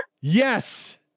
Yes